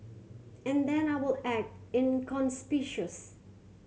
and then I will act inconspicuous